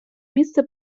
місце